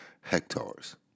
hectares